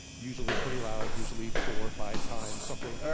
usually pretty loud, usually four or five times, something.